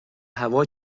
هوا